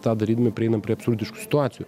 tą darydami prieiname prie absurdiškų situacijų